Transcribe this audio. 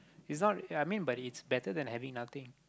it's not I mean but it's better than having nothing